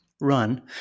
run